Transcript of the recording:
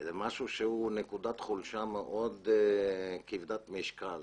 זה משהו שהוא נקודת חולשה מאוד כבדת משקל